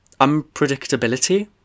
unpredictability